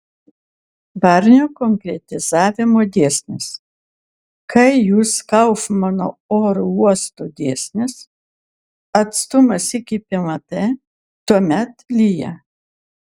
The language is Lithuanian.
barnio konkretizavimo dėsnis kai jūs kaufmano oro uostų dėsnis atstumas iki pilate tuomet lyja